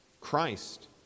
Christ